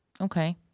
Okay